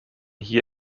hier